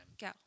go